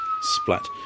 Splat